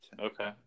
Okay